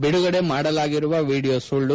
ಬಿಡುಗಡೆ ಮಾಡಲಾಗಿರುವ ವಿಡಿಯೋ ಸುಳ್ಳು